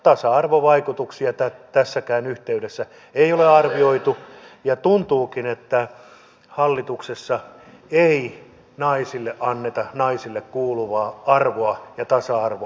tasa arvovaikutuksia tässäkään yhteydessä ei ole arvioitu ja tuntuukin että hallituksessa ei naisille anneta naisille kuuluvaa arvoa ja tasa arvoa